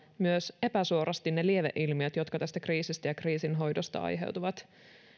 myös ne lieveilmiöt jotka tästä kriisistä ja kriisinhoidosta aiheutuvat